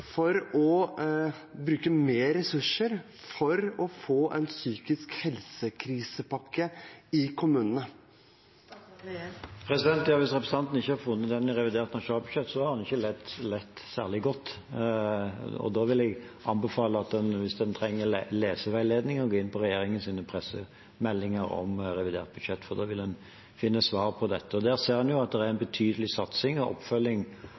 for å bruke mer ressurser til en krisepakke for psykisk helse i kommunene? Hvis representanten ikke har funnet det i revidert nasjonalbudsjett, har han ikke lett særlig godt. Hvis en trenger leseveiledning, vil jeg anbefale å gå inn på regjeringens pressemeldinger om revidert budsjett, for da vil en finne svar på dette. Der ser en at det er en betydelig satsing og oppfølging